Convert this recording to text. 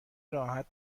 راحت